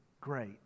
great